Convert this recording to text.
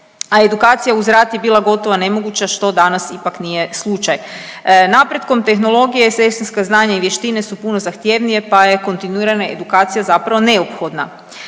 a edukacija uz rat je bila gotovo nemoguća, što danas ipak nije slučaj. Napretkom tehnologije sestrinska znanja i vještine su puno zahtjevnije pa je kontinuirana edukacija zapravo neophodna.